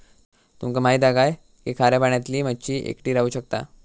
तुमका माहित हा काय की खाऱ्या पाण्यातली मच्छी एकटी राहू शकता